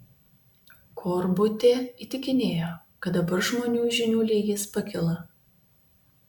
korbutė įtikinėjo kad dabar žmonių žinių lygis pakilo